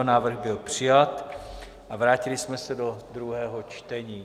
Návrh byl přijat a vrátili jsme se do druhého čtení.